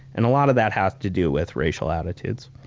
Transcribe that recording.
and a lot of that has to do with racial attitudes.